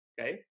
Okay